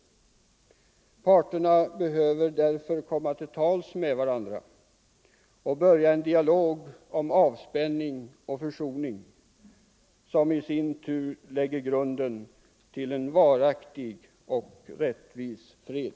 Parterna behöver därför komma till tals med varandra och börja en dialog om avspänning och försoning, som i sin tur lägger grunden till en varaktig och rättvis fred.